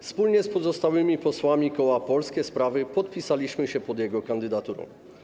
Wspólnie z pozostałymi posłami koła Polskie Sprawy podpisaliśmy się pod jego kandydaturą.